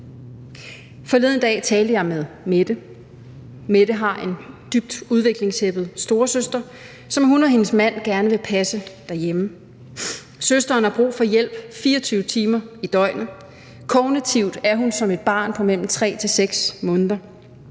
Forleden dag talte jeg med Mette. Mette har en dybt udviklingshæmmet storesøster, som hun og hendes mand gerne vil passe derhjemme. Søsteren har brug for hjælp 24 timer i døgnet. Kognitivt er hun som et barn på mellem 3-6 måneder.